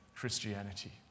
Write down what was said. Christianity